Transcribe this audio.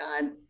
god